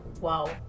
Wow